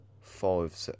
five